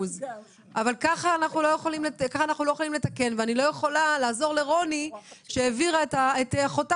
ככה אי אפשר לתקן ואני לא יכולה לעזור לרוני שהעבירה את אחותה